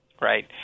right